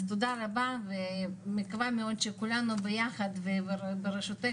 אז תודה רבה מקווה מאוד שכולנו ביחד וברשותך